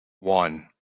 one